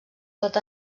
tot